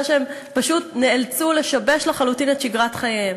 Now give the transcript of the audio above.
שהם פשוט נאלצו לשבש לחלוטין את שגרת חייהם.